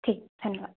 ठीक धन्यवाद